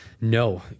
No